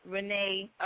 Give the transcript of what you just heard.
Renee